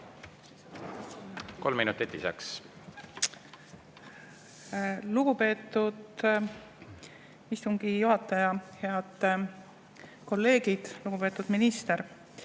Kolm minutit lisaks. Lugupeetud istungi juhataja! Head kolleegid! Lugupeetud minister!